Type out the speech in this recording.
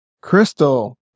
crystal